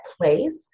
place